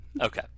Okay